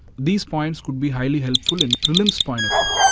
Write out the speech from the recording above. these points could be highly helpful in prelims point of view.